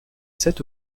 cette